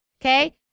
Okay